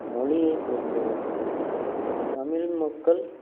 மொழியை போற்றுவோம் தமிழ் மக்கள்